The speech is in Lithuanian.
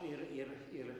ir ir ir